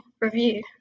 review